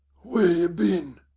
where a you bin?